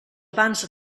abans